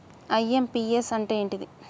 IMPS అంటే ఏంటిది?